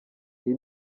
iri